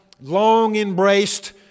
long-embraced